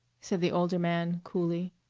said the older man coolly.